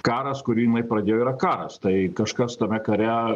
karas kurį jinai pradėjo yra karas tai kažkas tame kare